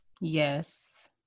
Yes